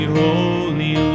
holy